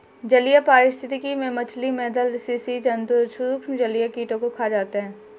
जलीय पारिस्थितिकी में मछली, मेधल स्सि जन्तु सूक्ष्म जलीय कीटों को खा जाते हैं